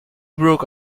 broke